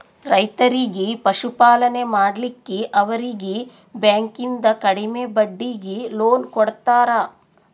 ರೈತರಿಗಿ ಪಶುಪಾಲನೆ ಮಾಡ್ಲಿಕ್ಕಿ ಅವರೀಗಿ ಬ್ಯಾಂಕಿಂದ ಕಡಿಮೆ ಬಡ್ಡೀಗಿ ಲೋನ್ ಕೊಡ್ತಾರ